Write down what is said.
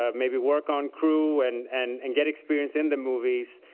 um maybe work on crew and and and get experience in the movies,